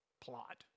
plot